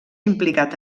implicat